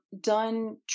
done